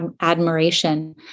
admiration